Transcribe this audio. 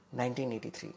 1983